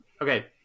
okay